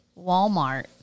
Walmart